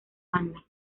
banda